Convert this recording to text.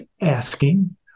asking